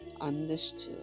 understood